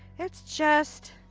it's just.